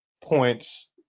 points